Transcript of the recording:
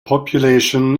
population